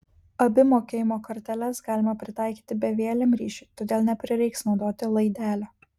abi mokėjimo korteles galima pritaikyti bevieliam ryšiui todėl neprireiks naudoti laidelio